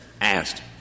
asked